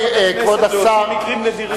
להוציא מקרים נדירים.